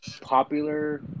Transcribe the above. popular